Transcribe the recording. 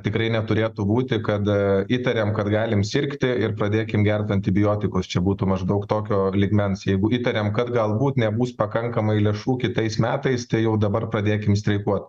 tikrai neturėtų būti kad įtarėm kad galim sirgti ir pradėkim gerti antibiotikus čia būtų maždaug tokio lygmens jeigu įtariam kad galbūt nebus pakankamai lėšų kitais metais tai jau dabar pradėkim streikuot